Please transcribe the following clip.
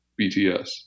bts